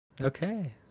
Okay